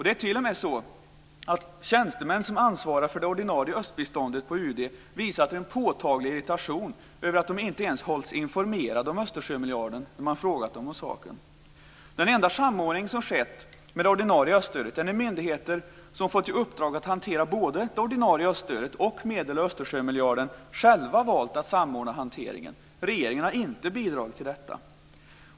Det är t.o.m. så att tjänstemän som ansvarar för det ordinarie östbiståndet på UD visat en påtaglig irritation över att de inte ens hålls informerade om Östersjömiljarden när man frågat dem om saken. Den enda samordning som skett med det ordinarie öststödet är när myndigheter som fått i uppdrag att hantera både det ordinarie öststödet och medel ur Östersjömiljarden själva valt att samordna hanteringen. Regeringen har inte bidragit till detta.